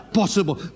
possible